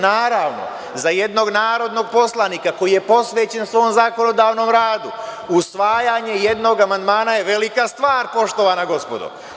Naravno, za jednog narodnog poslanika koji je posvećen svom zakonodavnom radu, usvajanje jednog amandmana je velika stvar, poštovana gospodo.